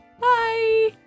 bye